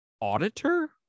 auditor